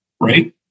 right